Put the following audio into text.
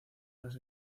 las